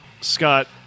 Scott